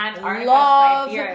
love